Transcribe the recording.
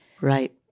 Right